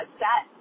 set